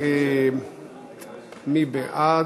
מי בעד?